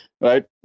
right